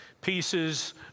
pieces